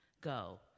Go